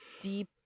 deep